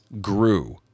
grew